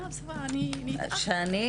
שנים.